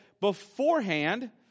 beforehand